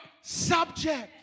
Subject